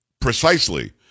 precisely